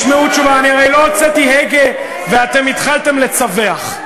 אני הרי לא הוצאתי הגה, ואתם התחלתם לצווח.